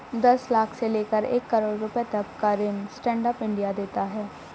दस लाख से लेकर एक करोङ रुपए तक का ऋण स्टैंड अप इंडिया देता है